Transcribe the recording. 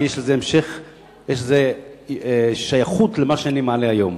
כי יש לזה שייכות למה שאני מעלה היום.